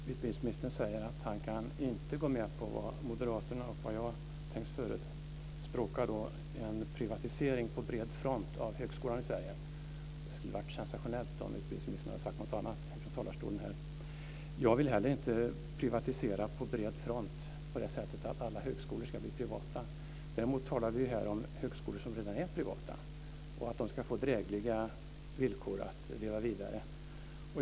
Fru talman! Utbildningsministern säger att han inte kan gå med på vad moderaterna och jag förespråkar om en privatisering på bred front inom högskolan i Sverige. Det skulle ha varit sensationellt om utbildningsministern hade sagt något annat från talarstolen. Jag vill inte heller privatisera på bred front så att alla högskolor blir privata. Däremot talar vi här om högskolor som redan är privata och att de ska få drägliga villkor att leva vidare.